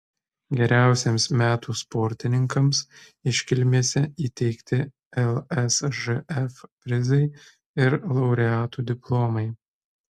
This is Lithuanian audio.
geriausiems metų sportininkams iškilmėse įteikti lsžf prizai ir laureatų diplomai